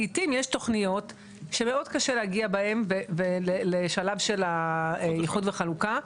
לעיתים יש תוכניות שמאוד קשה להגיע בהן לשלב של איחוד וחלוקה.